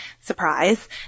Surprise